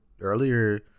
earlier